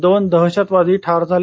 दोन दहशतवादी ठार झाले